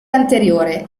anteriore